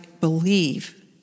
believe